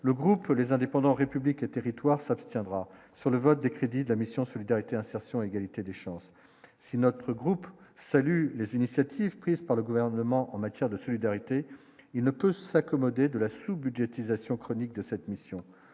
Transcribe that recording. le groupe les indépendants républiques et territoires s'abstiendra sur le vote des crédits de la mission Solidarité, insertion, égalité des chances, si notre groupe salue les initiatives prises par le gouvernement en matière de solidarité, il ne peut s'accommoder de la sous-budgétisation chronique de cette mission